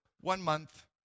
one-month